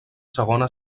segona